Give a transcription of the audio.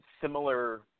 similar